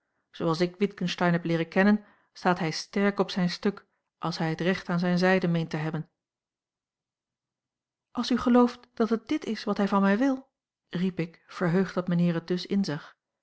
zooals ik witgensteyn heb leeren kennen staat hij sterk op zijn stuk als hij het recht aan zijne zijde meent te hebben als u gelooft dat het dit is wat hij van mij wil riep ik verheugd dat mijnheer